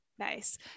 Nice